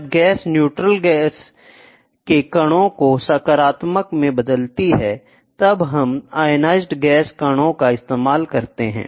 जब gas neutral gas के कणों को सकारात्मक में बदलती है तब हम आयनाइस्ड गैस कणों का इस्तेमाल करते हैं